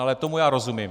Ale tomu já rozumím.